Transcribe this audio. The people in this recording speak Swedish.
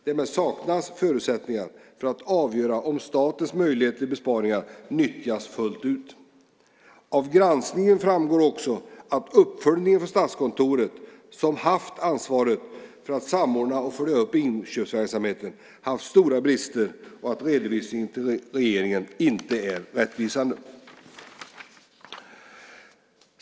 Därmed saknas förutsättningar för att avgöra om statens möjligheter till besparingar nyttjas fullt ut. Av granskningen framgår också att uppföljningen av Statskontoret, som haft ansvaret för att samordna och följa upp inköpsverksamheten, haft stora brister och att redovisningen till regeringen inte är rättvisande.